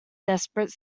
desperate